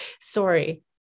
sorry